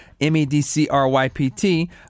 M-E-D-C-R-Y-P-T